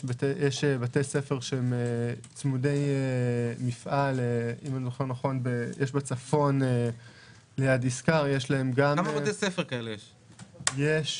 יש בתי ספר צמודי מפעל - יש בצפון- -- כמה בתי ספר כאלה יש?